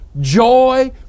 joy